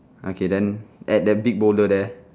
okay then at that big boulder there